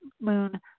moon